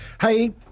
Hey